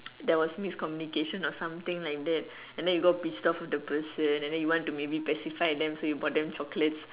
there was miscommunication or something like that and then you got pissed off with the person and then you want to maybe pacify them so you bought them chocolates